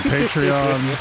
Patreon